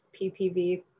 PPV